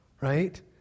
Right